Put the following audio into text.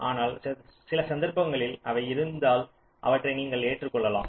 ஆனால் சில சந்தர்ப்பங்களில் அவை இருந்தால் அவற்றை நீங்கள் ஏற்றுக் கொள்ளலாம்